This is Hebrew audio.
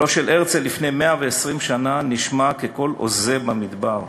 לפני 120 שנה נשמע קולו של הרצל כקול הוזה במדבר.